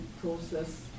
process